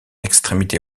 extrémité